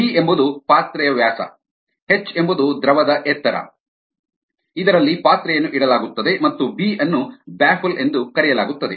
D ಎಂಬುದು ಪಾತ್ರೆಯ ವ್ಯಾಸ ಎಚ್ ಎಂಬುದು ದ್ರವದ ಎತ್ತರ ಇದರಲ್ಲಿ ಪಾತ್ರೆಯನ್ನು ಇಡಲಾಗುತ್ತದೆ ಮತ್ತು ಬಿ ಅನ್ನು ಬ್ಯಾಫಲ್ ಎಂದು ಕರೆಯಲಾಗುತ್ತದೆ